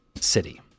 City